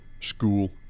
school